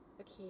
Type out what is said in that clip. okay